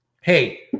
Hey